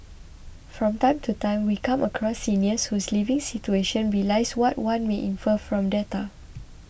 from time to time we come across seniors whose living situation belies what one may infer from data